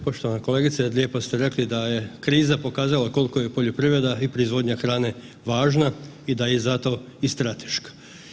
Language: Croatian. Poštovana kolegice, lijepo ste rekli da je kriza pokazala koliko je poljoprivreda i proizvodnja hrane važna i da je zato i strateška.